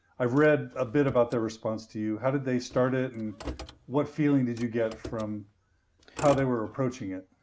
i've read a bit about their response to you. how did they start it, and what feeling did you get from how they were approaching it?